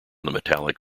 metallic